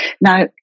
Now